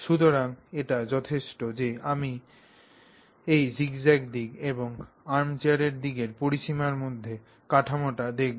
সুতরাং এটি যথেষ্ট যে আমরা এই জিগজ্যাগ দিক এবং আর্মচেয়ার দিকের পরিসীমার মধ্যেই কাঠামোটি দেখব